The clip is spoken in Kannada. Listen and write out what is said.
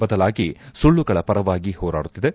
ಬದಲಾಗಿ ಸುಳ್ಬಗಳ ಪರವಾಗಿ ಹೋರಾಡುತ್ತಿದೆ